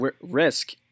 risk